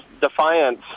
Defiance